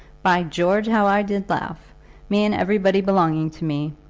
by george, how i did laugh me and everybody belonging to me.